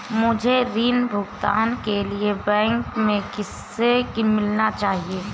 मुझे ऋण भुगतान के लिए बैंक में किससे मिलना चाहिए?